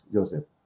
Joseph